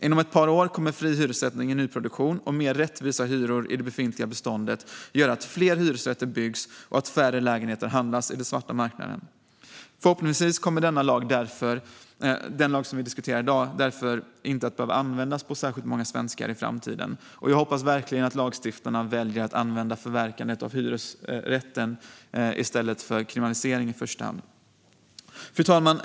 Inom ett par år kommer fri hyressättning i nyproduktion och mer rättvisa hyror i det befintliga beståndet att göra att fler hyresrätter byggs och att färre lägenheter handlas på den svarta marknaden. Förhoppningsvis kommer den lag som vi diskuterar i dag därför inte att behöva användas på särskilt många svenskar i framtiden. Vi hoppas verkligen att lagstiftarna väljer att använda förverkandet av hyresrätten i stället för kriminalisering i första hand. Fru talman!